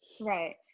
right